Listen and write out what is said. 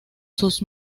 sus